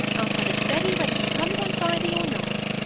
i'll have it ready whether he comes on friday or not.